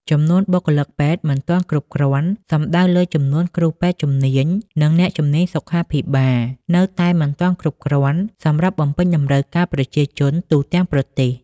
ចំនួនបុគ្គលិកពេទ្យមិនទាន់គ្រប់គ្រាន់ សំដៅលើចំនួនគ្រូពេទ្យជំនាញ និងអ្នកជំនាញសុខាភិបាលនៅតែមិនទាន់គ្រប់គ្រាន់សម្រាប់បំពេញតម្រូវការប្រជាជនទូទាំងប្រទេស។